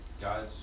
guys